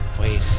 Wait